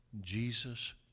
Jesus